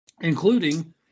Including